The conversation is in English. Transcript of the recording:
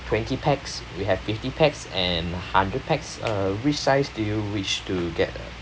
twenty pax we have twenty pax and hundred pax uh which size do you wish to get uh